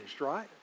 right